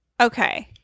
Okay